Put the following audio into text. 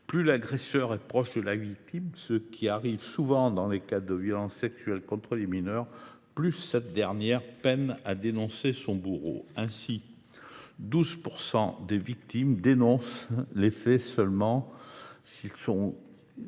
Plus l’agresseur est proche de la victime, ce qui arrive souvent dans le cas des violences sexuelles contre les mineurs, plus cette dernière peine à dénoncer son bourreau. Ainsi, lorsque l’auteur des faits est un